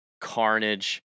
carnage